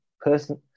person